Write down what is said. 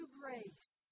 grace